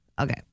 Okay